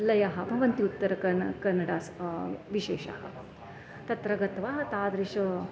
लयः भवन्ति उत्तरकन्नडे विशेषः तत्र गत्वा तादृशः